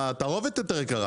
התערובת יותר יקרה.